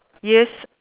yes